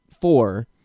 four